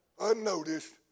unnoticed